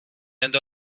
andò